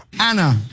Anna